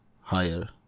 higher